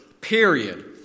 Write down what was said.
Period